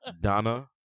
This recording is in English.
donna